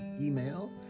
email